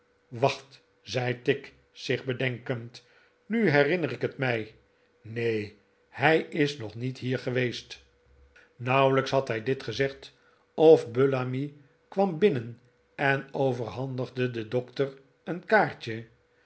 wacht rf zei tigg zich bedenkend nu herinner ik het mij neen hij is nog niet hier geweest nauwelijks had hij dit gezegd of bullamy kwam binnen en overhandigde den dokter een kaartje